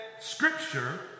scripture